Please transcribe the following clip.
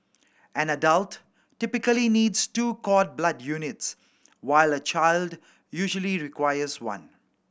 an adult typically needs two cord blood units while a child usually requires one